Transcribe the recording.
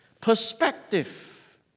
Perspective